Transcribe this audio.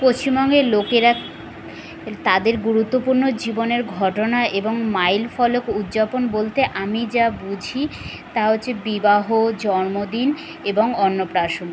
পশ্চিমবঙ্গের লোকেরা তাদের গুরুত্বপূর্ণ জীবনের ঘটনা এবং মাইল ফলক উদযাপন বলতে আমি যা বুঝি তা হচ্ছে বিবাহ জন্মদিন এবং অন্নপ্রাশন